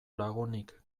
lagunik